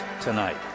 tonight